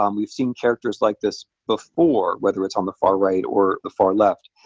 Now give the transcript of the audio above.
um we've seen characters like this before, whether it's on the far right or the far left.